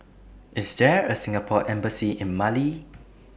IS There A Singapore Embassy in Mali